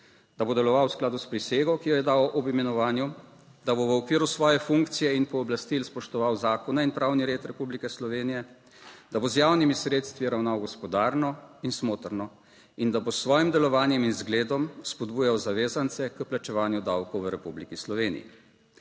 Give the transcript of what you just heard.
da bo deloval v skladu s prisego, ki jo je dal ob imenovanju, da bo v okviru svoje funkcije in pooblastil spoštoval zakona in pravni red Republike Slovenije, da bo z javnimi sredstvi ravnal gospodarno in smotrno, in da bo s svojim delovanjem in zgledom spodbujal zavezance k plačevanju davkov v Republiki Sloveniji.